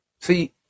See